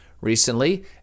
recently